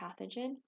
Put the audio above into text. pathogen